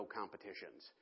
competitions